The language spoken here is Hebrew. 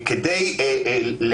כבר